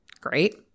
Great